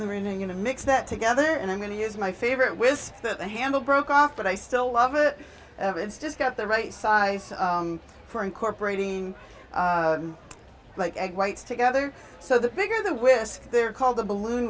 ringing in the mix that together and i'm going to use my favorite with the handle broke off but i still love it it's just got the right size for incorporating like egg whites together so the bigger the whisk they're called the balloon